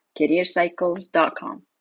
careercycles.com